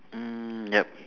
mm yup